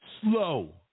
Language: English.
Slow